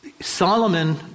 Solomon